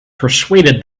persuaded